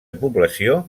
població